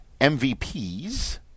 MVPs